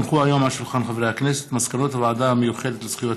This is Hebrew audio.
הונחו היום על שולחן הכנסת מסקנות הוועדה המיוחדת לזכויות